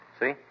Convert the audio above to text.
See